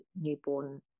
newborn